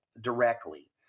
directly